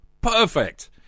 Perfect